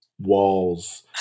walls